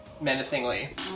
menacingly